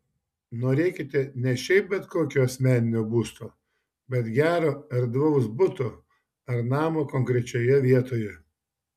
norėkite ne šiaip bet kokio asmeninio būsto bet gero erdvaus buto ar namo konkrečioje vietoje